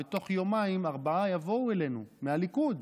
ובתוך יומיים ארבעה יבואו אלינו מהליכוד.